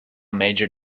major